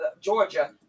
Georgia